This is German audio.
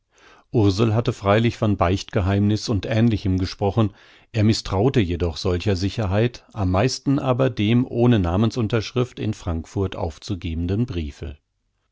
ursel hatte freilich von beichtgeheimniß und ähnlichem gesprochen er mißtraute jedoch solcher sicherheit am meisten aber dem ohne namensunterschrift in frankfurt aufzugebenden briefe